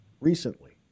recently